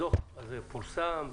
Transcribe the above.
הדוח הזה פורסם?